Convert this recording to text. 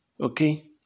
Okay